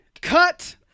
Cut